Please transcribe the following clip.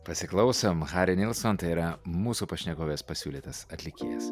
pasiklausom hari nilson tai yra mūsų pašnekovės pasiūlytas atlikėjas